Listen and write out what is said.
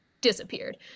disappeared